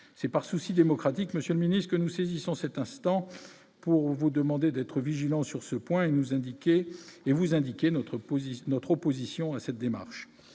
c'est par souci démocratique Monsieur le Ministre, que nous saisissons cet instant pour vous demander d'être vigilants sur ce point nous indiquer et vous indiquer notre